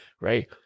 Right